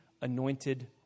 anointed